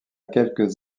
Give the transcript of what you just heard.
quelques